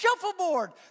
shuffleboard